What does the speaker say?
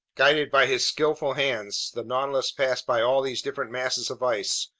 guided by his skillful hands, the nautilus passed by all these different masses of ice,